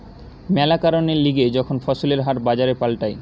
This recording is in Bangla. ম্যালা কারণের লিগে যখন ফসলের হার বাজারে পাল্টায়